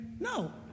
no